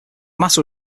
matter